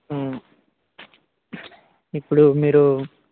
ఇప్పుడు మీరు